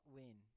win